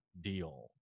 deal